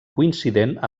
coincident